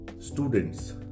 students